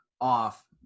off